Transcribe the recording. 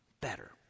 better